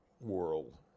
world